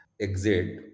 exit